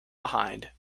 behind